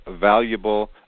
valuable